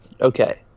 Okay